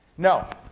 no.